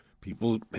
People